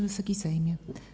Wysoki Sejmie!